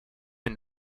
une